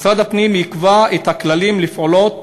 משרד הפנים יקבע את הכללים לפעולת